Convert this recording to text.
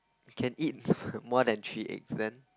can eat more than three egg then